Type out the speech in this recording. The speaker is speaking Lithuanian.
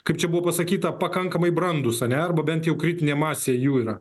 kaip čia buvo pasakyta pakankamai brandūs ane arba bent jau kritinė masė jų yra